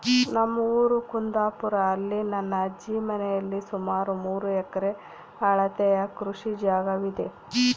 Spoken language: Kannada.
ನಮ್ಮ ಊರು ಕುಂದಾಪುರ, ಅಲ್ಲಿ ನನ್ನ ಅಜ್ಜಿ ಮನೆಯಲ್ಲಿ ಸುಮಾರು ಮೂರು ಎಕರೆ ಅಳತೆಯ ಕೃಷಿ ಜಾಗವಿದೆ